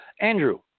Andrew